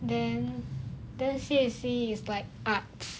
then C_S_C is like arts